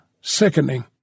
sickening